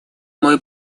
мой